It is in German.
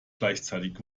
gleichzeitig